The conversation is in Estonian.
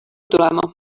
tulema